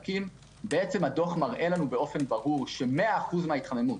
הדוח מראה לנו באופן ברור ש-100% מההתחממות,